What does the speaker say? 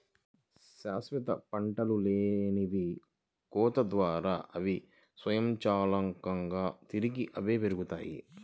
శాశ్వత పంటలనేవి కోత తర్వాత, అవి స్వయంచాలకంగా తిరిగి అవే పెరుగుతాయి